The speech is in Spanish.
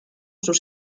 sus